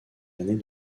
années